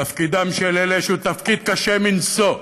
תפקידם של אלה, שהוא תפקיד קשה מנשוא,